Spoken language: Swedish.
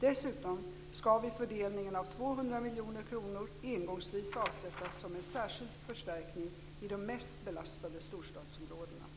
Dessutom skall vid fördelningen 200 miljoner kronor engångsvis avsättas som en särskild förstärkning i de mest belastade storstadsområdena.